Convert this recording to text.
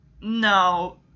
no